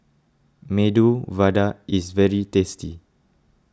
Medu Vada is very tasty